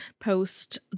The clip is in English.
post